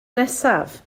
nesaf